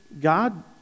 God